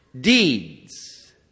deeds